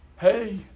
Hey